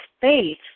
faith